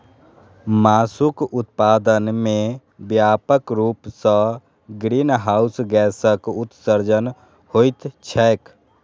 मासुक उत्पादन मे व्यापक रूप सं ग्रीनहाउस गैसक उत्सर्जन होइत छैक